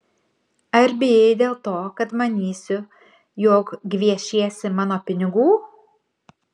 ar bijai dėl to kad manysiu jog gviešiesi mano pinigų